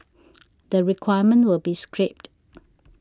the requirement will be scrapped